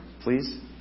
please